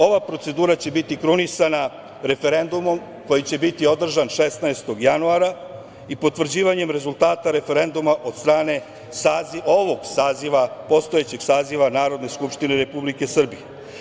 Ova procedura će biti krunisana referendumom koji će biti održan 16. januara i potvrđivanjem rezultata referenduma od strane ovog saziva, postojećeg saziva Narodne skupštine Republike Srbije.